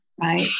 right